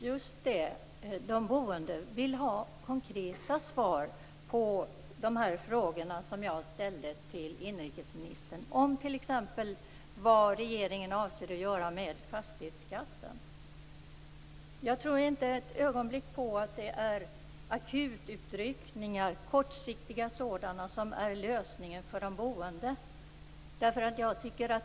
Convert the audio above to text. Fru talman! De boende vill ha konkreta svar på de frågor som jag ställde till inrikesministern om t.ex. vad regeringen avser att göra med fastighetsskatten. Jag tror inte ett ögonblick på att det är kortsiktiga akututryckningar som är lösningen för de boende.